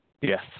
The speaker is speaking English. yes